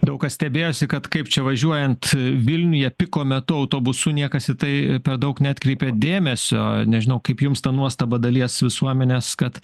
daug kas stebėjosi kad kaip čia važiuojant vilniuje piko metu autobusu niekas į tai per daug neatkreipė dėmesio nežinau kaip jums ta nuostaba dalies visuomenės kad